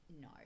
No